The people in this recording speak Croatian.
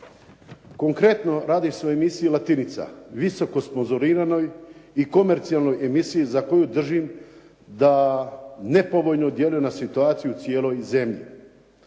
Konkretno, radi se o emisiji "Latinica", visoko sponzoriranoj i komercijalnoj emisiji za koju držim da nepovoljno djeluje na situaciju u cijeloj zemlji.